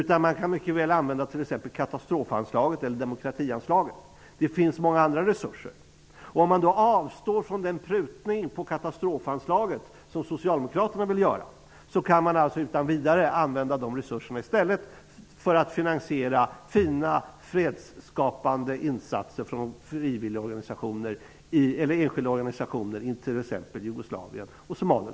Här går det mycket väl att använda katastrof eller demokratianslaget. Det finns många andra resurser. Om man avstår från den prutning på katastrofanslaget som Socialdemokraterna vill göra, går det att utan vidare använda de resurserna till att finansiera fina fredsskapande insatser från frivilligorganisationer eller enskilda organisationer i t.ex. Jugoslavien eller Somalia.